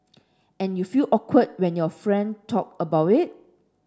and you feel awkward when your friend talk about it